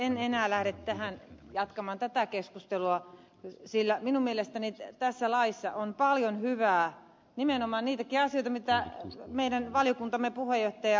en enää lähde jatkamaan tätä keskustelua sillä minun mielestäni tässä laissa on paljon hyvää nimenomaan niitäkin asioita mitä meidän valiokuntamme puheenjohtaja ed